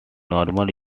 normal